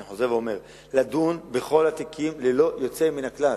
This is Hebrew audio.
אני חוזר ואומר: לדון בכל התיקים ללא יוצא מן הכלל.